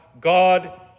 God